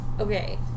Okay